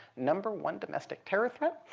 number one domestic terror threat?